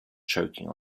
choking